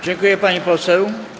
Dziękuję, pani poseł.